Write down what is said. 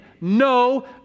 No